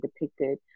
depicted